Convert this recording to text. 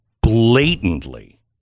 blatantly